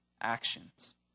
actions